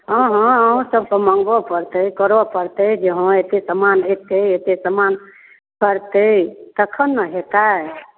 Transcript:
हँ हँ अहूँसभके मङ्गबय पड़तै करय पड़तै जे हँ एतेक सामान एतै एतेक सामान पड़तै तखन ने हेतै